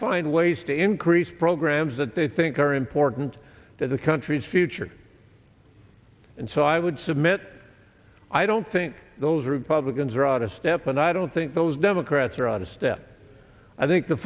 find ways to increase programs that they think are important to the country's future and so i would submit i don't think those republicans are out of step and i don't think those democrats are out of step i think the